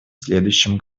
следующем